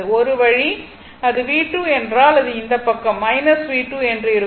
ஒரு வழி அது V2 என்றால் அது இந்த பக்கம் V2 என்று இருக்கும்